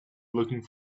looking